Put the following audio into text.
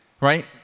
Right